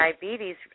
diabetes